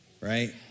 Right